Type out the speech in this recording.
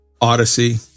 Odyssey